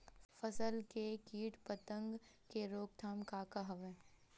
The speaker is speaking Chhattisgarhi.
फसल के कीट पतंग के रोकथाम का का हवय?